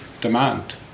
demand